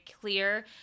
clear